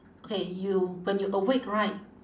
okay you when you awake right